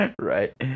Right